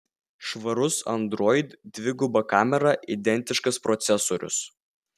švarus android dviguba kamera identiškas procesorius